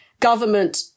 government